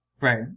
right